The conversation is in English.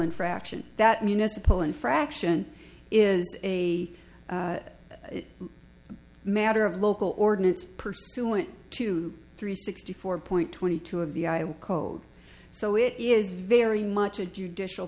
infraction that municipal infraction is a matter of local ordinance pursuant to three sixty four point twenty two of the i was cold so it is very much a judicial